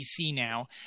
now